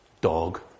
Dog